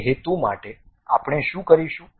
તે હેતુ માટે આપણે શું કરીશું